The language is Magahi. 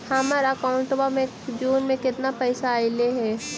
हमर अकाउँटवा मे जून में केतना पैसा अईले हे?